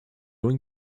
going